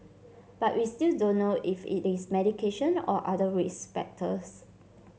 but we still don't know if it is medication or other risk factors